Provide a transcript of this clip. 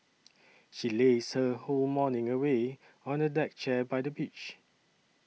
she lazed her whole morning away on a deck chair by the beach